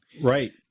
Right